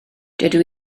dydw